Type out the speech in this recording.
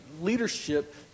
leadership